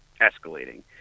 escalating